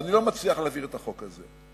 ואני לא מצליח להעביר את החוק הזה,